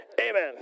Amen